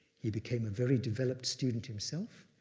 he became a very developed student himself,